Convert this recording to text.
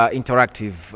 interactive